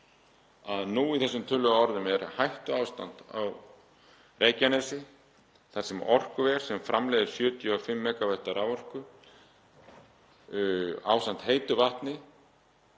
að nú í þessum töluðu orðum er hættuástand á Reykjanesskaga þar sem orkuver sem framleiðir 75 MW af raforku, ásamt heitu vatni,